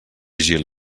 gil